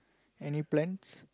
any plans